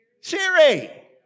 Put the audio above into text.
Siri